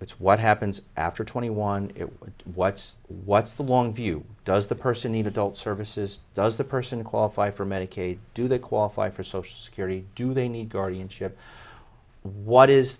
it's what happens after twenty one it would what's what's the long view does the person need to build services does the person qualify for medicaid do they qualify for social security do they need guardianship what is